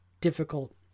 difficult